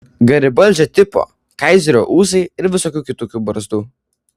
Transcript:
garibaldžio tipo kaizerio ūsai ir visokių kitokių barzdų